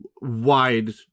wide